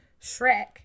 Shrek